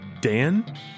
Dan